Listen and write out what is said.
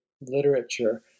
literature